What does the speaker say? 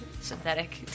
Synthetic